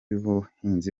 ubuhinzi